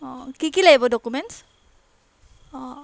অঁ কি কি লাগিব ডকুমেণ্টছ অঁ